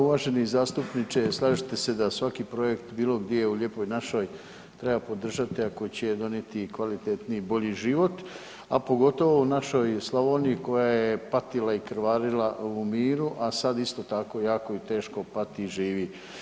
Uvaženi zastupniče slažete se da svaki projekt bilo gdje u lijepoj našoj treba podržati ako će donijeti kvalitetniji i bolji život, a pogotovo u našoj Slavoniji koja je patila i krvarila u miru, a sada isto tako jako i teško pati i živi.